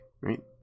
right